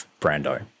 Brando